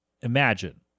imagine